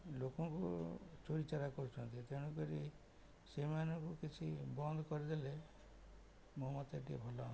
ଲୋକଙ୍କୁ ଚୋରି ଚାରା କରୁଛନ୍ତି ତେଣୁ କରି ସେଇମାନଙ୍କୁ କିଛି ବନ୍ଦ କରିଦେଲେ ମୋ ମତରେ ଟିକେ ଭଲ ହୁଅନ୍ତା